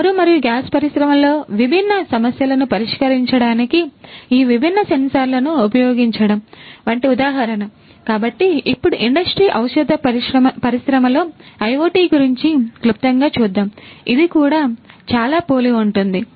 చమురు మరియు గ్యాస్ పరిశ్రమలో విభిన్న సమస్యలను పరిష్కరించడానికి ఈ విభిన్న సెన్సార్లను ఉపయోగించడం వంటి ఉదాహరణ కాబట్టి ఇప్పుడు industry ఔషధ పరిశ్రమలో IoT గురించి క్లుప్తంగా చూద్దాం ఇది కూడా చాలా పోలి ఉంటుంది